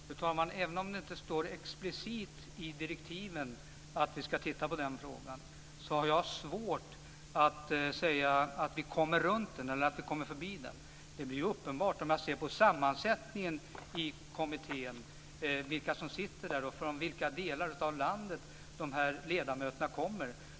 Fru talman! Även om det inte står explicit i direktiven att vi skall titta på den frågan har jag svårt att se att vi kommer förbi den. Det är uppenbart om man ser på sammansättningen i kommittén, vilka som sitter där och från vilka delar av landet ledamöterna kommer.